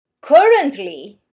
currently